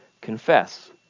confess